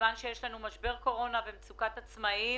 בזמן שיש לנו משבר קורונה ומצוקת עצמאים